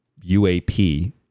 UAP